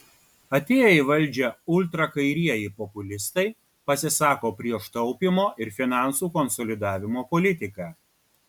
atėję į valdžią ultrakairieji populistai pasisako prieš taupymo ir finansų konsolidavimo politiką